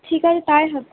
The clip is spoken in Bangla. ঠিক আছে তাই হবে